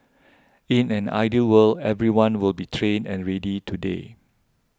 in an ideal world everyone will be trained and ready today